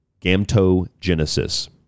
gametogenesis